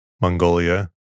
Mongolia